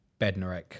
bednarek